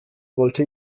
wollte